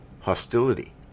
hostility